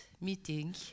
meeting